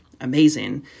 amazing